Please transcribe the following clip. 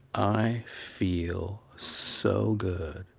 i feel so good.